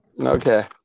okay